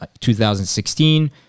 2016